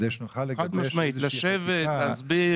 נוכל לשבת ולהסביר.